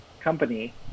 company